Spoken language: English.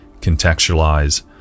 contextualize